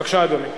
בבקשה, אדוני.